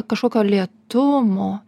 kažkokio lėtumo